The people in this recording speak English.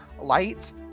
light